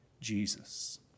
Jesus